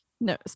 no